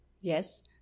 yes